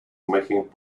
making